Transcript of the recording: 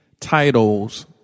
titles